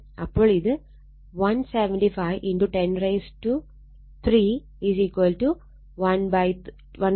അപ്പോൾ ഇത് 175 10312 π √ C എന്നതാണ്